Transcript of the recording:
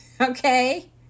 okay